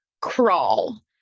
crawl